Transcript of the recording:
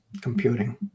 computing